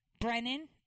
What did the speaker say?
Brennan